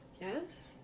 Yes